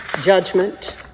judgment